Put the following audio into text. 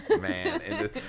Man